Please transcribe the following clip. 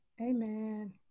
amen